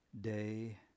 day